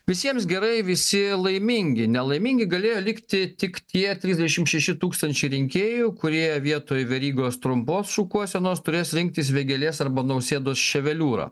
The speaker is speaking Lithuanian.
visiems gerai visi laimingi nelaimingi galėjo likti tik tie trisdešim šeši tūkstančiai rinkėjų kurie vietoj verygos trumpos šukuosenos turės rinktis vėgėlės arba nausėdos ševeliūrą